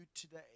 today